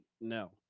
no